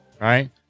right